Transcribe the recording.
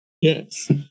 yes